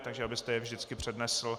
Takže abyste je vždycky přednesl.